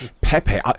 Pepe